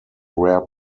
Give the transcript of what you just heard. rare